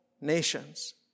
nations